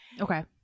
Okay